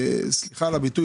סליחה על הביטוי,